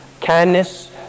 Kindness